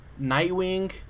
Nightwing